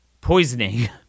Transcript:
poisoning